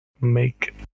make